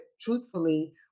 truthfully